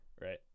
right